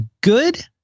good